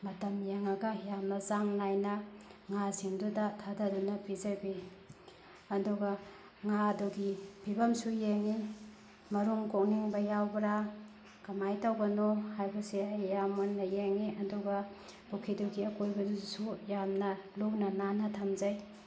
ꯃꯇꯝ ꯌꯦꯡꯉꯒ ꯌꯥꯝꯅ ꯆꯥꯡ ꯅꯥꯏꯅ ꯉꯥꯁꯤꯡꯗꯨꯗ ꯊꯥꯊꯗꯨꯅ ꯄꯤꯖꯕꯤ ꯑꯗꯨꯒ ꯉꯥꯗꯨꯒꯤ ꯐꯤꯚꯝꯁꯨ ꯌꯦꯡꯉꯤ ꯃꯔꯨꯝ ꯀꯣꯛꯅꯤꯡꯕ ꯌꯥꯎꯕ꯭ꯔꯥ ꯀꯃꯥꯏꯅ ꯇꯧꯕꯅꯣ ꯍꯥꯏꯕꯁꯦ ꯑꯩ ꯌꯥꯝ ꯃꯨꯟꯅ ꯌꯦꯡꯉꯤ ꯑꯗꯨꯒ ꯄꯨꯈ꯭ꯔꯤꯗꯨꯒꯤ ꯑꯀꯣꯏꯕꯗꯨꯗꯁꯨ ꯌꯥꯝꯅ ꯂꯨꯅ ꯅꯥꯟꯅ ꯊꯝꯖꯩ